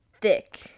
thick